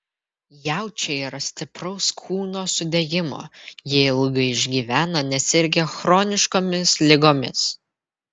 jaučiai yra stipraus kūno sudėjimo jie ilgai išgyvena nesirgę chroniškomis ligomis